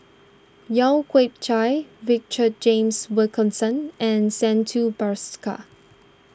Lau Chiap Khai Richard James Wilkinson and Santha Bhaskar